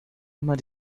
immer